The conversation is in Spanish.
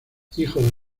hijo